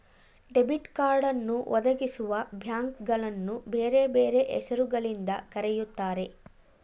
debit ಕಾರ್ಡನ್ನು ಒದಗಿಸುವಬ್ಯಾಂಕ್ಗಳನ್ನು ಬೇರೆ ಬೇರೆ ಹೆಸರು ಗಳಿಂದ ಕರೆಯುತ್ತಾರೆ